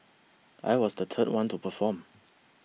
I was the third one to perform